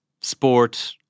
sport